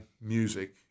music